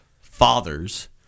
fathers